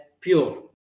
pure